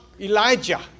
Elijah